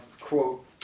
quote